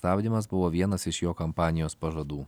stabdymas buvo vienas iš jo kampanijos pažadų